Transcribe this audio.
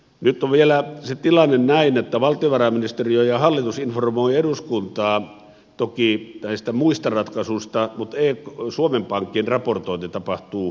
nyt on vielä se tilanne näin että valtiovarainministeriö ja hallitus informoivat eduskuntaa toki näistä muista ratkaisuista mutta suomen pankin raportointi tapahtuu muuta kautta